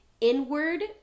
inward